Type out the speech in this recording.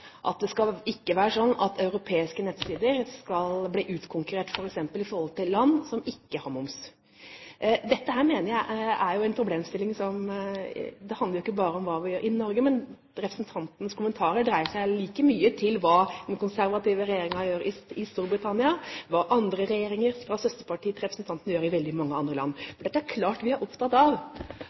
Det kan ikke være sånn at europeiske nettsider kan bli utkonkurrert, f.eks. i forhold til land som ikke har moms. Dette mener jeg er en problemstilling som ikke bare handler om hva vi gjør i Norge, men representantens kommentarer dreier seg like mye om hva den konservative regjeringen i Storbritannia gjør, hva andre regjeringer og søsterpartier til representanten, gjør i veldig mange andre land. Det er klart at vi er opptatt av